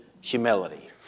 humility